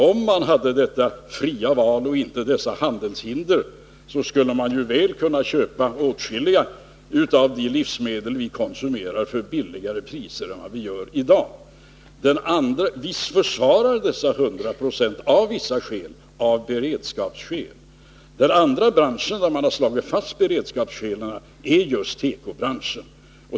Om man hade detta fria val och inte dessa handelshinder, så skulle vi ju kunna köpa åtskilliga av de livsmedel som vi konsumerar till billigare priser än i dag. Vi försvarar dessa 100 20 av vissa skäl — av beredskapsskäl. Det andra avsnittet där man har slagit fast att beredskapsskäl föreligger är just tekobranschen.